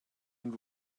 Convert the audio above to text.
and